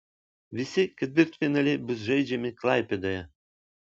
visi ketvirtfinaliai bus žaidžiami klaipėdoje